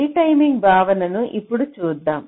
retiming భావనను ఇప్పుడు చూద్దాం